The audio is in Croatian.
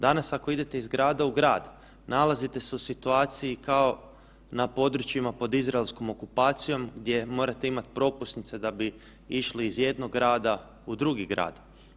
Danas, ako idete iz grada u grad, nalazite se u situaciji kao na područjima pod izraelskom okupacijom gdje morate imati propusnice da bi išli iz jednog grada u drugi grad.